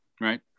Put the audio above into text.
right